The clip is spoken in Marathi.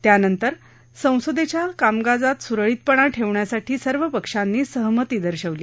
त्यानंतर संसदेच्या कामकाजात सुरळीतपणा ठेवण्यासाठी सर्व पक्षांनी सहमती दर्शवली